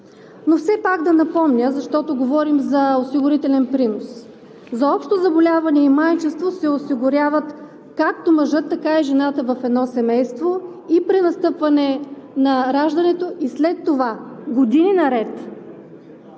Но все пак да напомня, защото говорим за осигурителен принос. За общо заболяване и майчинство се осигуряват както мъжът, така и жената в едно семейство и при настъпване на раждането, и след това години наред.